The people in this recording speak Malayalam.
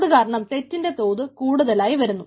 അതുകാരണം തെറ്റിന്റെ തോത് കൂടുതലായി വരുന്നു